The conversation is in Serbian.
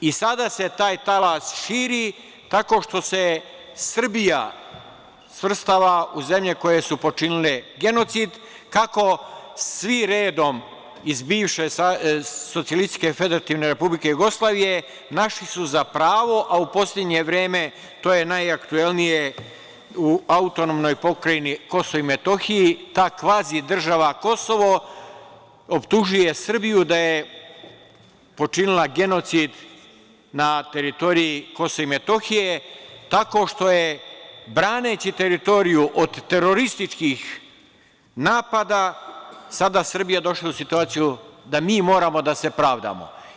I sada se taj talas širi tako što se Srbija svrstava u zemlje koje su počinile genocid, kako svi redom iz bivše SFRJ našli su za pravo, a u poslednje vreme to je najaktuelnije u AP Kosovo i Metohiji, ta kvazi država Kosovo, optužuje Srbiju da je počinila genocid na teritoriji Kosova i Metohije, tako što je braneći teritoriju od terorističkih napada sada Srbija došla u situaciju da mi moramo da se pravdamo.